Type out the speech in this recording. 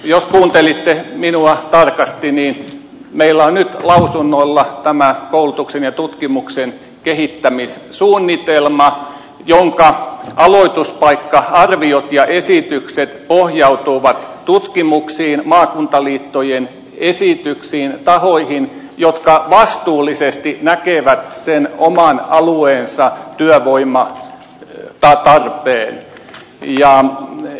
jos kuuntelitte minua tarkasti niin meillä on nyt lausunnolla tämä koulutuksen ja tutkimuksen kehittämissuunnitelma jonka aloituspaikka arviot ja esitykset pohjautuvat tutkimuksiin maakuntaliittojen esityksiin tahoihin jotka vastuullisesti näkevät sen oman alueensa työvoimatarpeen